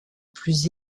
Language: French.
plus